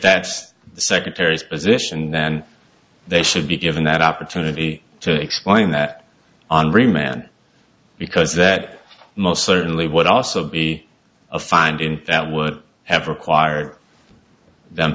that's the secretary's position then they should be given that opportunity to explain that on remand because that most certainly would also be a find in that would have required them